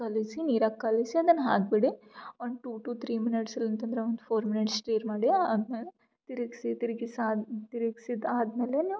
ಕಲಸಿ ನೀರಾಗ ಕಲಸಿ ಅದನ್ನು ಹಾಕ್ಬಿಡಿ one two to three minutes ಇಲ್ಲಾಂತಂದರೆ ಒಂದು ಫೋರ್ ಮಿನಿಟ್ಸ್ ಸ್ಟೀರ್ ಮಾಡಿ ಆದ್ಮೇಲೆ ತಿರುಗ್ಸಿ ತಿರ್ಗಿಸಿ ಆದ ತಿರುಗ್ಸಿದ್ ಆದ್ಮೇಲೆ ನೀವು